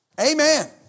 Amen